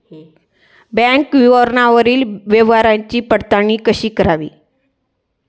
Bank विवरणावरील व्यवहाराची पडताळणी कशी करावी?